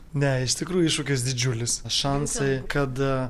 ne iš tikrųjų iššūkis didžiulis šansai kad